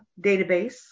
database